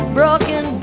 broken